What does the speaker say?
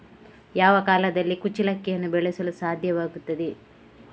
ಯಾವ ಕಾಲದಲ್ಲಿ ಕುಚ್ಚಲಕ್ಕಿಯನ್ನು ಬೆಳೆಸಲು ಸಾಧ್ಯವಾಗ್ತದೆ?